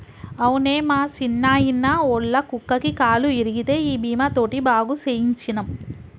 అవునే మా సిన్నాయిన, ఒళ్ళ కుక్కకి కాలు ఇరిగితే ఈ బీమా తోటి బాగు సేయించ్చినం